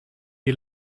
die